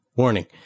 Warning